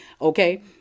Okay